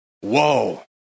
Whoa